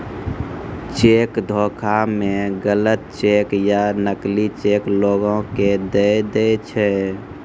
cheque धोखा मे गलत चेक या नकली चेक लोगो के दय दै छै